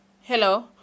Hello